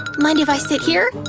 mind if i sit here?